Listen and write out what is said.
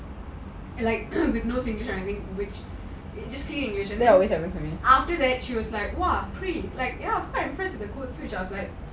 like no singlish like it's okay after that she was like !wah! quite impressed